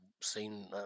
seen